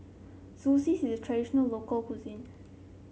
Zosui is traditional local cuisine